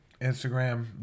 instagram